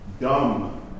dumb